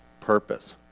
purpose